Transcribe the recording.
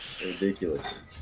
ridiculous